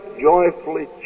joyfully